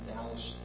Dallas